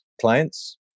clients